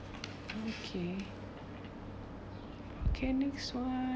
okay can this [one]